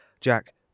Jack